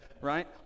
Right